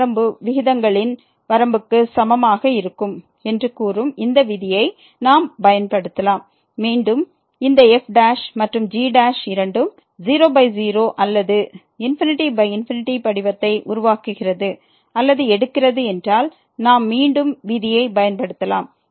இந்த வரம்பு விகிதங்களின் வரம்புக்கு சமமாக இருக்கும் என்று கூறும் இந்த விதியை நாம் பயன்படுத்தலாம் மீண்டும் இந்த f மற்றும் g இரண்டும் 00 அல்லது ∞∞ படிவத்தை உருவாக்குகிறது அல்லது எடுக்கிறது என்றால் நாம் மீண்டும் விதியைப் பயன்படுத்தலாம்